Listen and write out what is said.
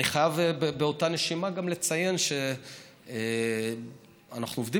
אני חייב באותה נשימה גם לציין שאנחנו עובדים